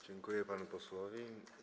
Dziękuję panu posłowi.